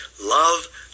Love